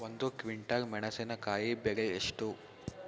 ಒಂದು ಕ್ವಿಂಟಾಲ್ ಮೆಣಸಿನಕಾಯಿ ಬೆಲೆ ಎಷ್ಟು?